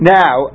now